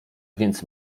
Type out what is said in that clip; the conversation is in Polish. więc